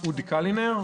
קלינר,